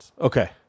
Okay